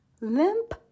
limp